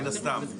מן הסתם.